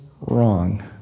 wrong